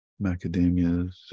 macadamias